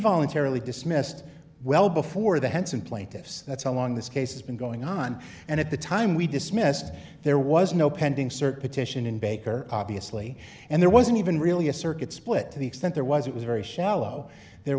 voluntarily dismissed well before the henson plaintiffs that's how long this case has been going on and at the time we dismissed there was no pending search in baker obviously and there wasn't even really a circuit split to the extent there was it was very shallow there